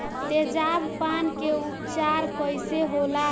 तेजाब पान के उपचार कईसे होला?